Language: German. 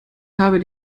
habe